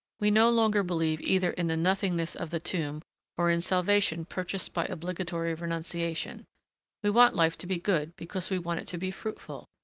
we no longer believe either in the nothingness of the tomb or in salvation purchased by obligatory renunciation we want life to be good because we want it to be fruitful.